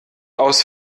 aus